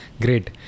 great